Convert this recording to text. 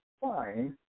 fine